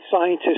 scientists